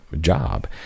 job